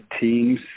teams